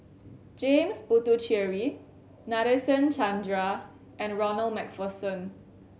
James Puthucheary Nadasen Chandra and Ronald Macpherson